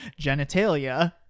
genitalia